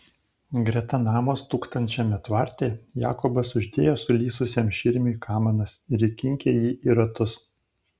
greta namo stūksančiame tvarte jakobas uždėjo sulysusiam širmiui kamanas ir įkinkė jį į ratus